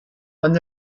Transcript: con